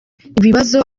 ibibazo